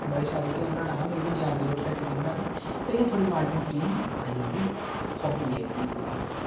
बड़ी शैल रोटियां बनाने आह्ला पर इयां मिगी नीं आंदे रुट्टी इन्नी बनाने पर इयां थोह्ड़ी माड़ी मोटी आई जंदी ह़ाब्बी ऐ मेरी एह् बी इक